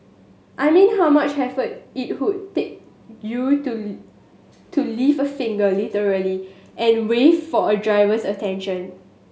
I mean how much effort it would take you to to lift a finger literally and wave for a driver's attention